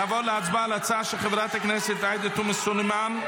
נעבור להצבעה על ההצעה של חברת הכנסת עאידה תומא סלימאן